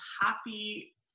happy